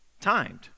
timed